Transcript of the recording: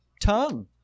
tongue